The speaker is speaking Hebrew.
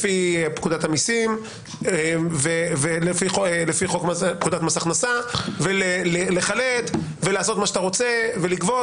לפי פקודת המיסים ולפי פקודת מס הכנסה לחלט ולעשות מה שאתה רוצה ולגבות.